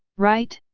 right?